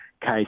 case